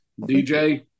DJ